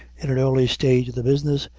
in an early stage of the business,